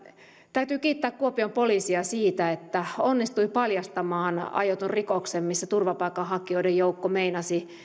täytyy kiittää kuopion poliisia siitä että onnistui paljastamaan aiotun rikoksen missä turvapaikanhakijoiden joukko meinasi